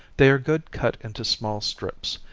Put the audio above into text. they are good cut into small strips,